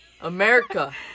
America